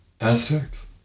Aztecs